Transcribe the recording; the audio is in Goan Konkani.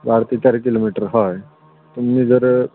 बारा ते तेरा किलोमिटर हय तुमी जर